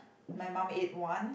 my mum ate one